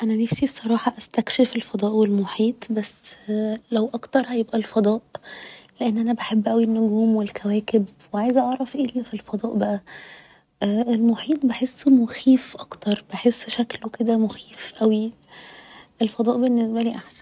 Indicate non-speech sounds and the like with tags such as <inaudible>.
أنا نفسي الصراحة استكشف الفضاء و المحيط بس <hesitation> لو اكتر هيبقى الفضاء لأن أنا بحب اوي النجوم و الكواكب و عايزة اعرف ايه اللي في الفضاء بقا المحيط بحسه مخيف اكتر بحس شكله كده مخيف اوي الفضاء بالنسبالي احسن